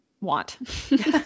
want